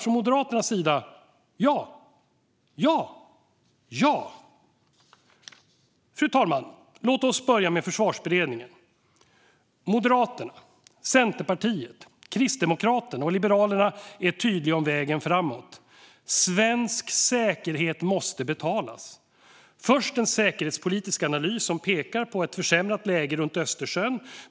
Från Moderaternas sida säger vi: Ja, ja, ja. Fru talman! Låt oss börja med Försvarsberedningen. Moderaterna, Centerpartiet, Kristdemokraterna och Liberalerna är tydliga om vägen framåt. Svensk säkerhet måste betalas. Först en säkerhetspolitisk analys som pekar på ett försämrat läge runt Östersjön.